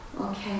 Okay